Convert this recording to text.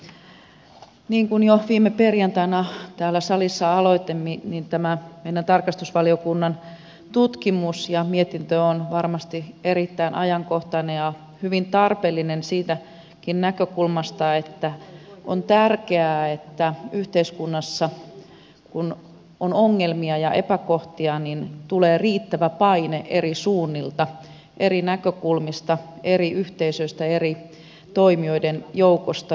niin kuin jo viime perjantaina täällä salissa aloitin tämä meidän tarkastusvaliokunnan tutkimus ja mietintö on varmasti erittäin ajankohtainen ja hyvin tarpeellinen siitäkin näkökulmasta että on tärkeää että yhteiskunnassa kun on ongelmia ja epäkohtia tulee riittävä paine eri suunnilta eri näkökulmista eri yhteisöistä eri toimijoiden joukosta